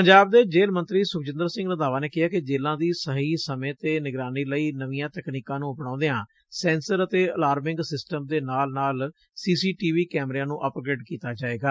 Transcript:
ਪੰਜਾਬ ਦੇ ਜੇਲੁ ਮੰਤਰੀ ਸੁਖਜੰਦਰ ਸਿੰਘ ਰੰਧਾਵਾ ਨੇ ਕਿਹੈ ਕਿ ਜੇਲੁਾਂ ਦੀ ਸਹੀ ਸਮੇਂ ਤੇ ਨਿਗਰਾਨੀ ਲਈ ਨਵੀ ਤਕਨੀਕਾਂ ਨੰ ਅਪਣਾਉਦਿਆਂ ਸੈਂਸਰ ਅਤੇ ਅਲਾਰਮਿੰਗ ਸਿਸਟਮ ਦੇ ਨਾਲ ਸੀਸੀਟੀਵੀ ਕੈਮਰਿਆਂ ਨੂੰ ਅੱਪਗ੍ਰੇਡ ਕੀਤਾ ਜਾਵੇਗਾ